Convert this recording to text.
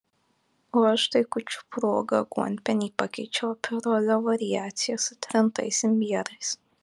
o aš tai kūčių proga aguonpienį pakeičiau aperolio variacija su trintais imbierais